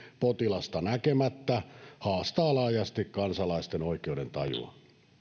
potilasta näkemättä haastaa laajasti kansalaisten oikeudentajua